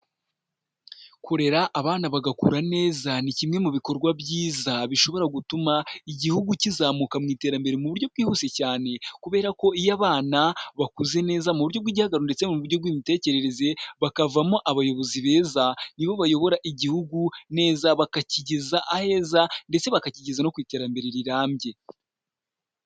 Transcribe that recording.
Kurera abana bagakura neza, ni kimwe mu bikorwa byiza bishobora gutuma igihugu kizamuka mu iterambere mu buryo bwihuse cyane, kubera ko iyo abana bakuze neza mu buryo bw'igihangano ndetse mu buryo bw'imitekerereze bakavamo abayobozi beza nibo bayobora igihugu neza bakakigeza aheza ndetse bakakigeza no ku iterambere rirambye.